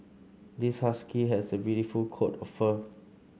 this husky has a beautiful coat of fur